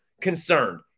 Concerned